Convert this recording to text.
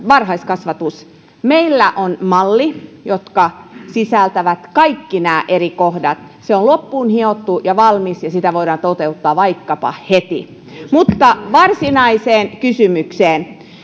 varhaiskasvatus meillä on malli joka sisältää kaikki nämä eri kohdat se on loppuun hiottu ja valmis ja sitä voidaan toteuttaa vaikkapa heti mutta varsinaiseen kysymykseen